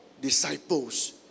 disciples